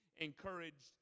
encouraged